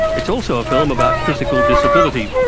it's also a film about physical disability.